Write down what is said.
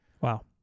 Wow